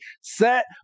set